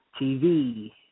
TV